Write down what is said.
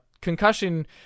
concussion